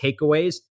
takeaways